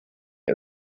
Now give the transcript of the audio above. ist